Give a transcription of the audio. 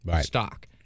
stock